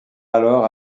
alors